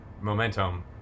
momentum